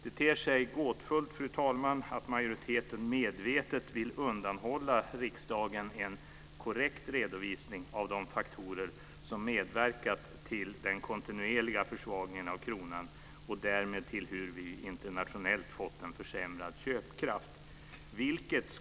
Det ter sig gåtfullt, fru talman, att majoriteten medvetet vill undanhålla riksdagen en korrekt redovisning av de faktorer som medverkat till den kontinuerliga försvagningen av kronan och därmed till hur vi internationellt fått en försämrad köpkraft.